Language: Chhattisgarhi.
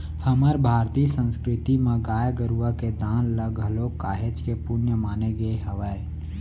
हमर भारतीय संस्कृति म गाय गरुवा के दान ल घलोक काहेच के पुन्य माने गे हावय